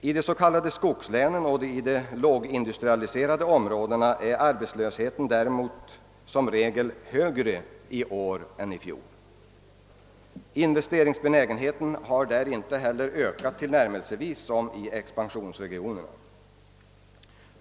I de s.k. skogslänen och i de lågindustrialiserade områdena är arbetslösheten däremot som regel högre än i fjol. Investeringsbenägenheten har där inte heller ökat tillnärmelsevis så mycket som i expansionsregionerna.